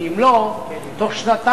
כי אם לא, בתוך שנתיים,